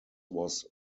was